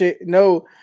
No